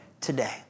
today